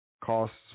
Costs